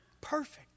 Perfect